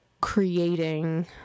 creating